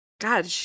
God